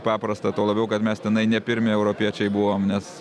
paprasta tuo labiau kad mes tenai ne pirmi europiečiai buvom nes